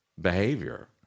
behavior